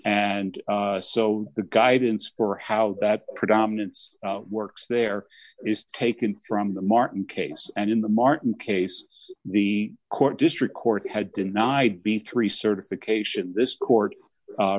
and so the guidance for how that predominance works there is taken from the martin case and in the martin case the court district court had denied b three certification this court